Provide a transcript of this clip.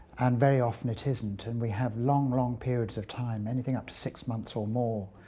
and very often it isn't. and we have long, long periods of time, anything up to six months or more,